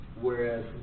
Whereas